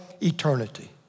eternity